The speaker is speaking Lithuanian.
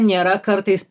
nėra kartais